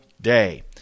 day